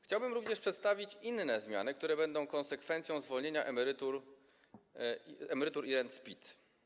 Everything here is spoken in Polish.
Chciałbym również przedstawić inne zmiany, które będą konsekwencją zwolnienia emerytur i rent z PIT.